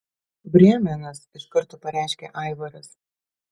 brėmenas iš karto pareiškė aivaras